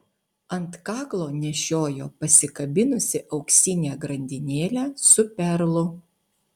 ant kaklo nešiojo pasikabinusi auksinę grandinėlę su perlu